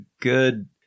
good